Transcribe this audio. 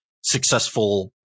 successful